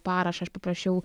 parašą aš paprašiau